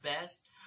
best